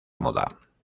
moda